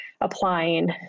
applying